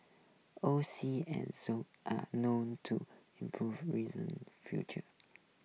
O C and zone are known to improve reason future